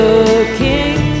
Looking